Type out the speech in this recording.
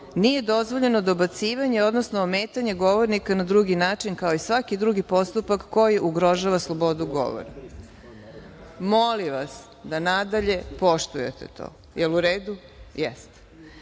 nije dozvoljeno dobacivanje, odnosno ometanje govornika na drugi način, kao i svaki drugi postupak koji ugrožava slobodu govora. Molim vas da nadalje poštujete to. Jer u redu? Jeste. Da